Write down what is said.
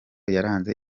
yaranze